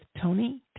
Tony